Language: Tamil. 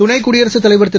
துணைகுடியரசுதலைவர்திரு